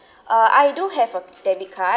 uh I do have a debit card